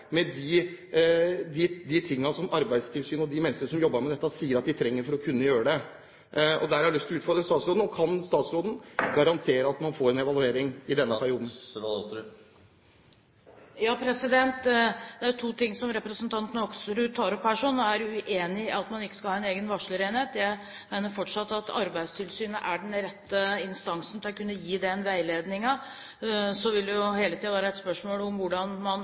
med de tingene som Arbeidstilsynet, de menneskene som jobber med dette, sier at de trenger for å kunne gjøre det. Der har jeg lyst til å utfordre statsråden: Kan statsråden garantere at man får en evaluering i denne perioden? Det er to ting representanten Hoksrud tar opp her. Han er uenig i at man ikke skal ha en egen varslerenhet. Jeg mener fortsatt at Arbeidstilsynet er den rette instansen til å kunne gi den veiledningen. Så vil det hele tiden være et spørsmål om hvordan man